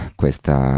questa